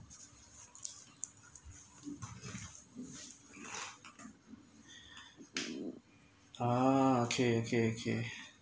ah okay okay okay